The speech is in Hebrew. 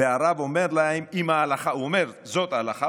והרב פוסק ואומר להם: זאת ההלכה,